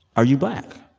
are you black?